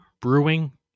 Brewing